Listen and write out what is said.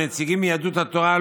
הנציגים מיהדות התורה,